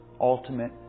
ultimate